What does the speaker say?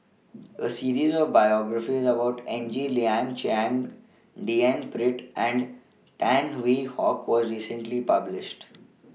A series of biographies about Ng Liang Chiang D N Pritt and Tan Hwee Hock was recently published